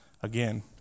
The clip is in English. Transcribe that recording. again